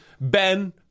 Ben